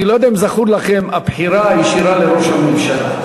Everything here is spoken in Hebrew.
אני לא יודע אם זכורה לכם הבחירה הישירה לראש הממשלה.